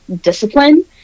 discipline